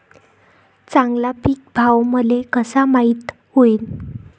चांगला पीक भाव मले कसा माइत होईन?